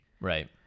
Right